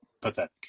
pathetic